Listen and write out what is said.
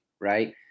right